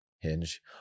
hinge